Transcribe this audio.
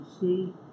see